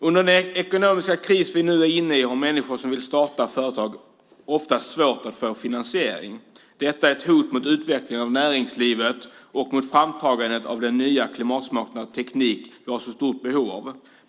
Under den ekonomiska kris som vi nu är inne i har människor som vill starta företag ofta svårt att få finansiering. Detta är ett hot mot utvecklingen av näringslivet och mot framtagandet av den nya klimatsmarta teknik som vi har så stort behov av.